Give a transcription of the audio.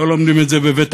לא לומדים את זה בבית-הספר.